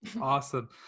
Awesome